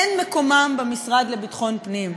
אין מקומם במשרד לביטחון הפנים,